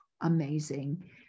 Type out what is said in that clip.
amazing